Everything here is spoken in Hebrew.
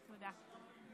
תודה.